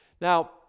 Now